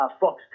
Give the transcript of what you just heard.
Fox